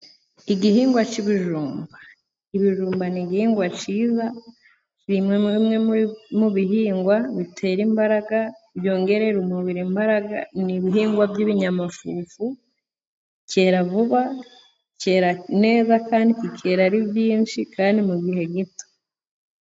Igihingwa c'ibijumba. Ibijummba ni igihingwa ciza biri no muru bimwe mu bihingwa bitera imbaraga byongerera umubiri imbaraga. N' ibihingwa by'ibinyamafufu, cyera vuba, cyera neza, kandi kikera ari byinshi kandi mu gihe gito.